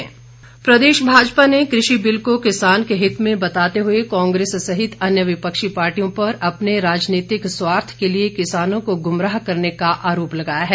जम्वाल प्रदेश भाजपा ने कृषि बिल को किसान के हित में बताते हुए कांग्रेस सहित अन्य विपक्षी पार्टियों पर अपने राजनीतिक स्वार्थ के लिए किसानों को गुमराह करने का आरोप लगाया है